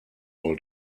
all